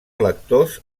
lectors